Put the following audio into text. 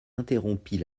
interrompit